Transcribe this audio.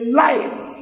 life